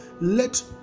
Let